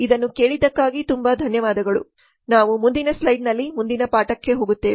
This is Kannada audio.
ಇದನ್ನು ಕೇಳಿದ್ದಕ್ಕೆ ತುಂಬಾ ಧನ್ಯವಾದಗಳು ನಾವು ಮುಂದಿನ ಸ್ಲೈಡ್ನಲ್ಲಿ ಮುಂದಿನ ಪಾಠಕ್ಕೆ ಹೋಗುತ್ತೇವೆ